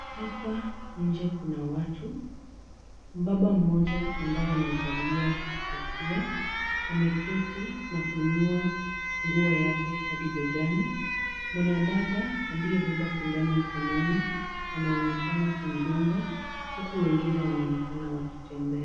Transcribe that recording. Hapa nje kuna watu. Mbaba mmoja ambaye amevalia kofia, ameketi na kuinua nguo yake hadi begani. Mwanadada aliyebeba sindano mkononi anaonekana kumdunga, huku wengine wanaonekana wakitembea.